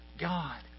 God